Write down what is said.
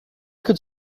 could